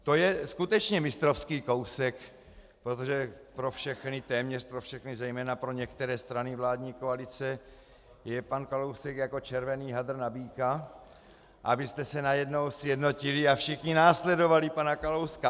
To je skutečně mistrovský kousek, protože pro všechny, téměř pro všechny, zejména pro některé strany vládní koalice je pan Kalousek jako červený hadr na býka, abyste se najednou sjednotili a všichni následovali pana Kalouska.